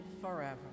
forever